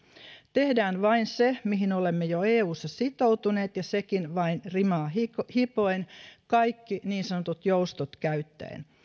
tehdään vain se mihin olemme jo eussa sitoutuneet ja sekin vain rimaa hipoen hipoen kaikki niin sanotut joustot käyttäen